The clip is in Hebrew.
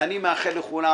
ואני מאחל לכולם